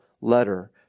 letter